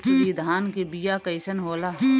मनसुरी धान के बिया कईसन होला?